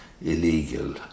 illegal